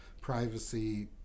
privacy